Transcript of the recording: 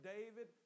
David